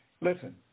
Listen